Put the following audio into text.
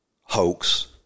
hoax